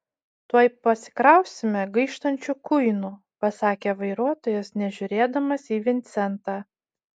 tuoj pasikrausime gaištančių kuinų pasakė vairuotojas nežiūrėdamas į vincentą